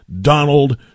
Donald